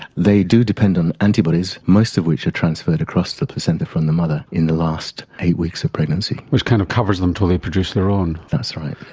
they do depend on antibodies most of which are transferred across the placenta from the mother in the last eight weeks of pregnancy. which kind of covers them until they produce their own? that's right.